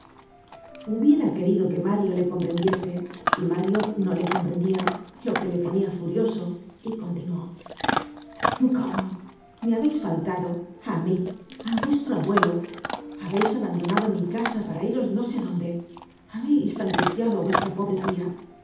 hubiera querido que mario le comprendiese y mario no le comprendia lo que le ponia furioso y continuó cómo me habeis faltado á mí á vuestro abuelo habeis abandonado mi casa para iros no sé dónde habeis angustiado á vuestra pobre tia